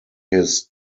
his